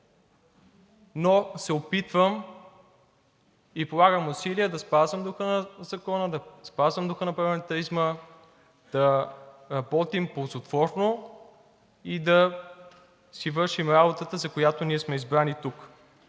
но се опитвам и полагам усилия да спазвам духа на закона, да спазвам духа на парламентаризма, да работим ползотворно и да си вършим работата, за която ние сме избрани тук.